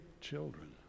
children